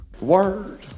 Word